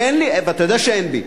אתה יודע שאין לי,